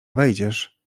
wejdziesz